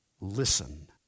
Listen